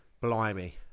blimey